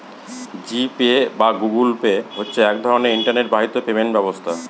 জি Pay বা Google Pay হচ্ছে এক রকমের ইন্টারনেট বাহিত পেমেন্ট ব্যবস্থা